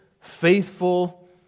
faithful